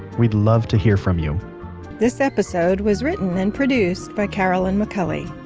we'd love to hear from you this episode was written and produced by carolyn mcculley.